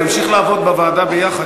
נמשיך לעבוד בוועדה ביחד.